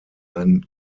ein